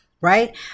right